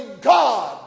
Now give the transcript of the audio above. God